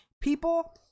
people